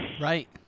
right